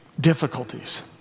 difficulties